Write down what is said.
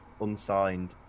unsigned